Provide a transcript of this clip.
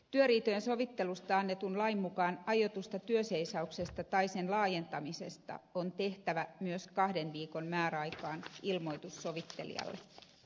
työriitojen sovittelusta annetun lain mukaan aiotusta työnseisauksesta tai sen laajentamisesta on tehtävä myös kahden viikon määräajassa ilmoitus sovittelijalle